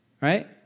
Right